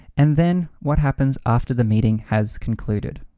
and then what happens after the meeting has concluded.